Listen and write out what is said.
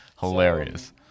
hilarious